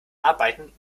arbeiten